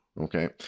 okay